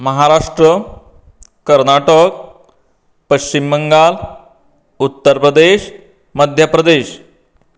Maharashtra Karnataka Paschim Bengal Uttar Pradesh Madhya Pradesh